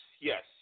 yes